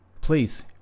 please